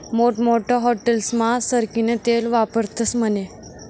मोठमोठ्या हाटेलस्मा सरकीनं तेल वापरतस म्हने